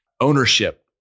ownership